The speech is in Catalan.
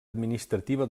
administrativa